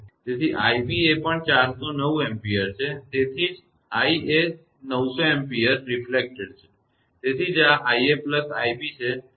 તેથી 𝑖𝑏 એ પણ 409 A છે તેથી જ i એ 900 A પ્રતિબિંબિત છે તેથી જ આ 𝑖𝑓 𝑖𝑏 છે આ ખરેખર 909 ampere છે